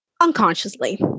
unconsciously